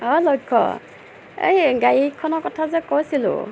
অঁ লক্ষ্য এই গাড়ী এখনৰ কথা যে কৈছিলোঁ